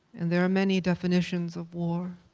and there are many definitions of war,